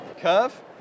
Curve